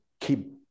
keep